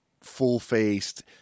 full-faced